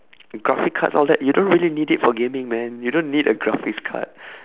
graphic cards all that you don't really need it for gaming man you don't need a graphics card